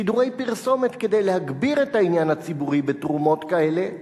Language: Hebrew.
שידורי פרסומת כדי להגביר את העניין הציבורי בתרומות כאלה.